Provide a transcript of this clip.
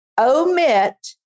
Omit